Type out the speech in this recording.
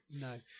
No